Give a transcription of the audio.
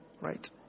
Right